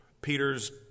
Peter's